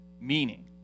meaning